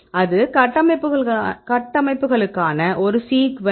அது கட்டமைப்புகளுக்கான ஒரு சீக்குவன்ஸ்